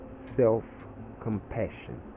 self-compassion